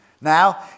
Now